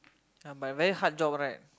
come by but very hard job right